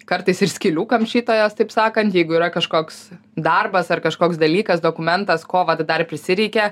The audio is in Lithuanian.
kartais ir skylių kamšytojas taip sakant jeigu yra kažkoks darbas ar kažkoks dalykas dokumentas ko va dar prisireikia